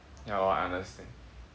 ya lor understand